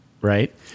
right